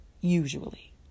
usually